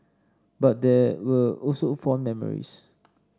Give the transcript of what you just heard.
but there were also fond memories